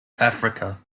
africa